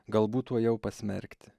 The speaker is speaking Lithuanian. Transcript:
galbūt tuojau pasmerkti